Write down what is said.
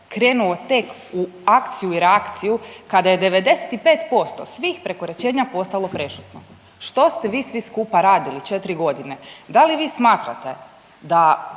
krenuo tek u akciju i reakciju kada je 95% svih prekoračenja postalo prešutno, što ste vi svi skupa radili 4.g., da li vi smatrate da